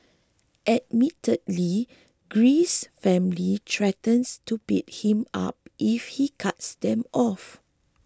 admittedly Greece's family threatens to beat him up if he cuts them off